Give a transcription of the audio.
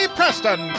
Preston